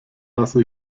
lasse